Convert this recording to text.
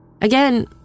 Again